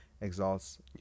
exalts